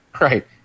Right